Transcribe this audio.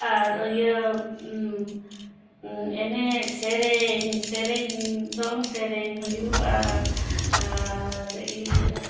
ᱟᱨ ᱤᱭᱟᱹ ᱮᱱᱮᱡ ᱥᱮᱨᱮᱧ ᱥᱮᱨᱮᱧ ᱫᱚᱝ ᱥᱮᱨᱮᱧ ᱦᱩᱭᱩᱜᱼᱟ ᱟᱨ ᱤᱭᱟᱹ